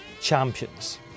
champions